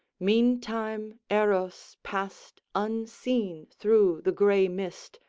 meantime eros passed unseen through the grey mist,